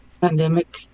pandemic